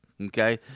Okay